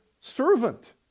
servant